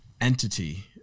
entity